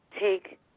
take